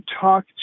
talk